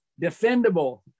defendable